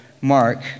mark